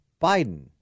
Biden